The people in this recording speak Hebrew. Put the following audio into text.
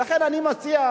ולכן אני מציע,